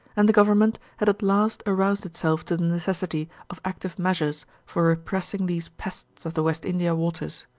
and the government had at last aroused itself to the necessity of active measures for repressing these pests of the west india waters.